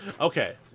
okay